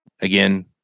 again